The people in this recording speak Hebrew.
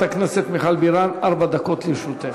חברת הכנסת מיכל בירן, ארבע דקות לרשותך.